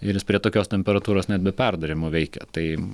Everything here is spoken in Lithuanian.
ir jis prie tokios temperatūros net be perdarymo veikė tai